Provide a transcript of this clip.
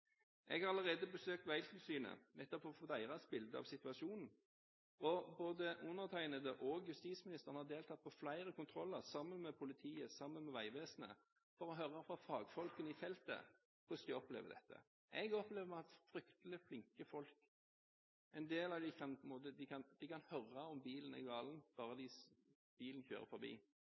Jeg har allerede besøkt Vegtilsynet, nettopp for å få deres bilde av situasjonen, og både undertegnede og justisministeren har deltatt på flere kontroller sammen med politiet og Vegvesenet for å høre fra fagfolkene på dette feltet hvordan de opplever dette. Jeg opplever at vi har fryktelig flinke folk. En del av dem kan høre om det er noe galt med en bil bare ved at den kjører forbi.